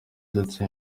ndetse